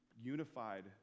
unified